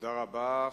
תודה רבה.